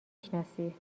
شناسی